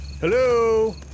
Hello